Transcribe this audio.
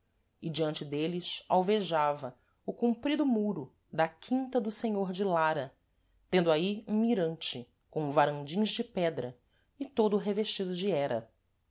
e diante dêles alvejava o comprido muro da quinta do senhor de lara tendo aí um mirante com varandins de pedra e todo revestido de hera